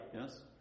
yes